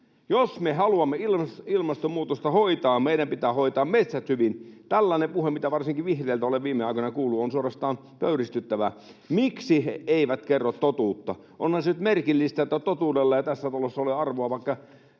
Jos me haluamme ilmastonmuutosta hoitaa, meidän pitää hoitaa metsät hyvin. Tällainen puhe, mitä varsinkin vihreiltä olen viime aikoina kuullut, on suorastaan pöyristyttävää. Miksi he eivät kerro totuutta? Onhan se nyt merkillistä, että totuudella ei tässä talossa ole arvoa näissä